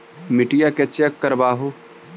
मिट्टीया के चेक करबाबहू?